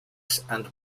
from